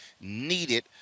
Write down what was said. needed